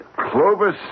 Clovis